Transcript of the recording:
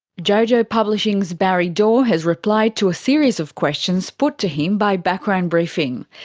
jojo publishing's barry dorr has replied to a series of questions put to him by background briefing.